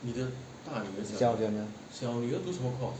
小女儿